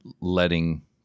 letting